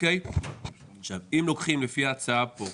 עכשיו אם לוקחים לפי ההצעה פה,